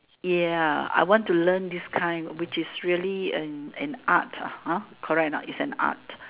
ya I want to learn this kind which is really an an art ah ah hor correct or not is an art